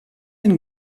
and